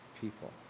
people